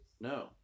No